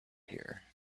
here